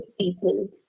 people